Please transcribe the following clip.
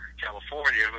California